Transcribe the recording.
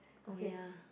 oh ya